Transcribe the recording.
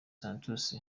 santos